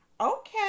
okay